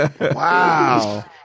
Wow